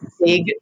big